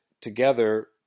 together